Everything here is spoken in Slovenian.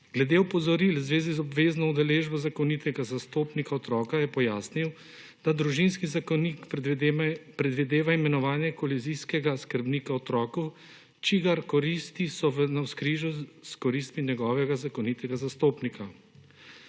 Glede opozoril v zvezi z obvezno udeležbo zakonitega zastopnika otroka je pojasnil, da Družinski zakonik predvideva imenovanje kolizijskega skrbnika otroku, čigar koristi so v navzkrižju s koristmi njegovega zakonitega zastopnika.